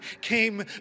came